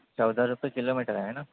चौदा रुपये किलोमीटर आहे ना